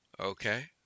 Okay